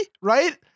right